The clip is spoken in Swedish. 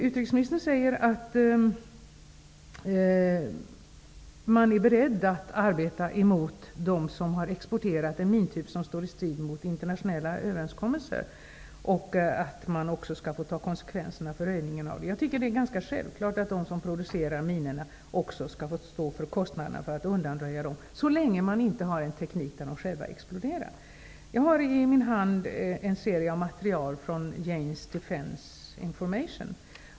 Utrikesministern säger att man är beredd att arbeta emot dem som har exporterat en mintyp som står i strid med internationella överenskommelser, och att man också skall få ta konsekvenserna av röjningen. Jag tycker att det är ganska självklart att de som producerar minorna också skall stå för kostnaderna för att undanröja dem, så länge man inte har en teknik som gör att minorna exploderar. Jag har i min hand en serie material från Janes Defence Information.